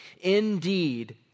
Indeed